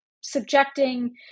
subjecting